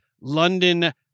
London